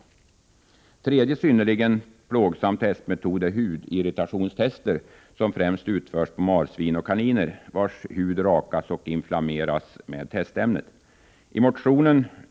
En tredje synnerligen plågsam testmetod är hudirritationstester som främst utförs på marsvin och kaniner, vilkas hud rakas och inflammeras med testämnet.